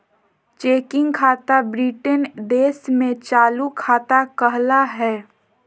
checking खाता Britain देश में चालू खाता कहला हय